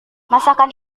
masakan